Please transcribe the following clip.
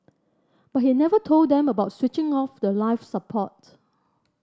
but he never told them about switching off the life support